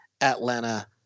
Atlanta